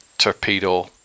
Torpedo